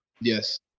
Yes